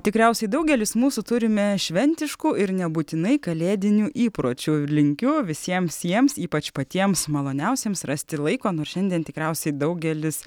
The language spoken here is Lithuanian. tikriausiai daugelis mūsų turime šventiškų ir nebūtinai kalėdinių įpročių linkiu visiems jiems ypač patiems maloniausiems rasti laiko nors šiandien tikriausiai daugelis